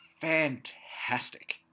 fantastic